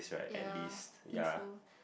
ya think so